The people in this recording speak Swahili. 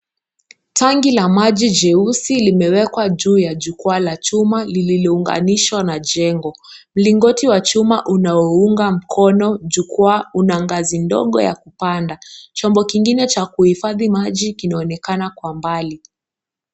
Tangi la maji jeusi limewekwa juu ya jukwaa la chuma lililounganishwa na jengo. Mlingoti wa chuma unaounga mkono jukwaa, una ngazi ndogo ya kupanda. Chombo kingine cha kiuhifadhi maji kinaonekana kwa mbali.